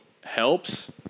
helps